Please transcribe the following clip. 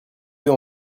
deux